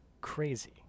crazy